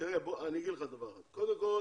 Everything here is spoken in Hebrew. קודם כל,